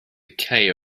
ceir